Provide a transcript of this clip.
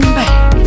back